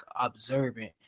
observant